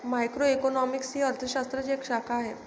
macroeconomics ही अर्थ शास्त्राची एक शाखा आहे